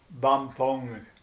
Bampong